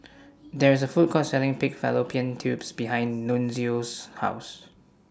There IS A Food Court Selling Pig Fallopian Tubes behind Nunzio's House